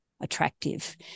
attractive